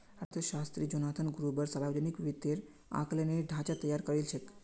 अर्थशास्त्री Jonathan Gruber सावर्जनिक वित्तेर आँकलनेर ढाँचा तैयार करील छेक